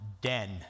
den